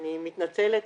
אני מתנצלת,